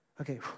Okay